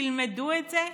תלמדו את זה.